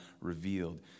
revealed